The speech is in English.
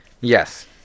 Yes